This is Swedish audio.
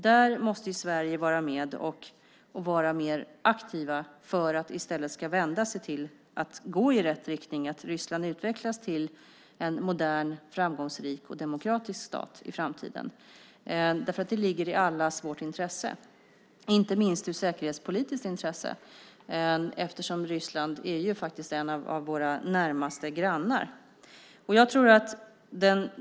Där måste Sverige vara mer aktivt för att Ryssland ska gå i rätt riktning, att Ryssland utvecklas till en modern, framgångsrik och demokratisk stat i framtiden. Det ligger i allas vårt intresse, inte minst säkerhetspolitiskt. Ryssland är faktiskt en av våra närmaste grannar.